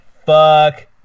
Fuck